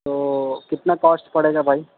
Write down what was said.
تو کتنا کاسٹ پڑے گا بھائی